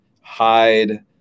hide